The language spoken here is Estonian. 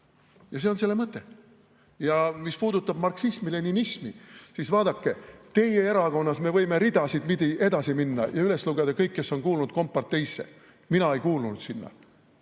See on selle mõte. Mis puudutab marksismi-leninismi, siis vaadake, teie erakonnas me võime ridasid pidi edasi minna ja üles lugeda kõik, kes on kuulunud komparteisse. Mina ei kuulunud sinna.